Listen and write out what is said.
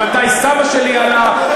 ומתי סבא שלי עלה,